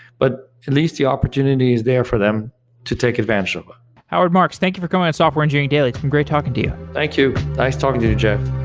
but at least the opportunity is there for them to take advantage um of howard marks, thank you for coming on software engineering daily. it's been great talking to you thank you. nice talking to you, jeff